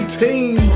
team